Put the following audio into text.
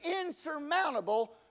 insurmountable